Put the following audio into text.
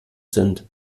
sind